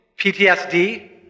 PTSD